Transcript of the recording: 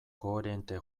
koherente